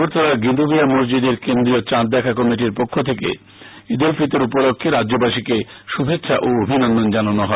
আগরতলার গেদুঁমিয়া মসজিদের কেন্দ্রীয় চাঁদ দেখা কমিটির পক্ষ থেকে ঈদ উল ফিতর উপলক্ষ্যে রাজ্যবাসীকে শুভেচ্ছা ও অভিনন্দন জানানো হয়